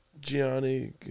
Gianni